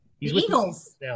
Eagles